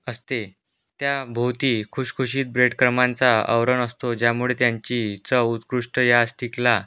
असते त्याभोवती खुसखुशीत ब्रेडक्रमांचा आवरण असतो ज्यामुळे त्यांची चव उत्कृष्ट यास्टिकला